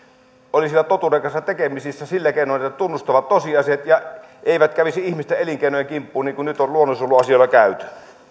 olisivat totuuden kanssa tekemisissä sillä keinoin että tunnustaisivat tosiasiat ja eivät kävisi ihmisten elinkeinojen kimppuun niin kuin nyt on luonnonsuojeluasioilla käyty